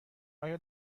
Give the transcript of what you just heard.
آیا